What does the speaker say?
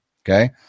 okay